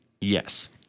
Yes